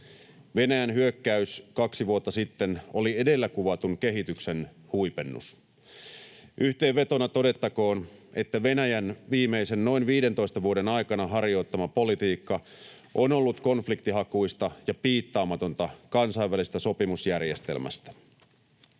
Venäjän hyökkäys kaksi vuotta sitten oli edellä kuvatun kehityksen huipennus. Yhteenvetona todettakoon, että Venäjän viimeisen noin 15 vuoden aikana harjoittama politiikka on ollut konfliktihakuista ja piittaamatonta kansainvälisestä sopimusjärjestelmästä.